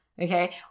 Okay